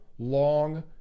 long